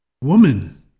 Woman